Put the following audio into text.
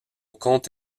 compte